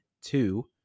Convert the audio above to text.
Two